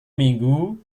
minggu